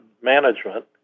management